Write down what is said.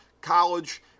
college